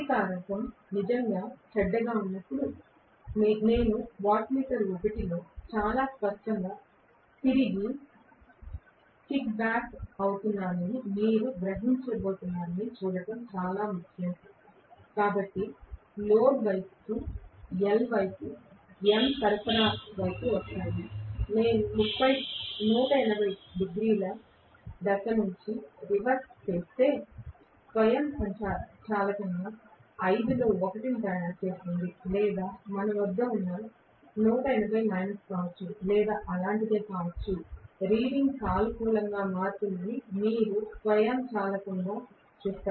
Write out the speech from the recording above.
శక్తి కారకం నిజంగా చెడ్డగా ఉన్నప్పుడు నేను వాట్మీటర్ 1 లో చాలా స్పష్టంగా తిరిగి తన్నబోతున్నానని మీరు గ్రహించబోతున్నారని చూడటం చాలా ముఖ్యం కాబట్టి లోడ్ వైపు L వైపు M సరఫరా వైపు వస్తాయి నేను 180 డిగ్రీల దశ నుండి రివర్స్ చేస్తే స్వయంచాలకంగా 5 లో 1 ని తయారు చేస్తుంది లేదా మన దగ్గర ఉన్నది 180 మైనస్ కావచ్చు లేదా అలాంటిదే కావచ్చు పఠనం సానుకూలంగా మారుతుందని మీరు స్వయంచాలకంగా చూస్తారు